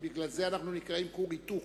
בגלל זה אנחנו נקראים כור היתוך,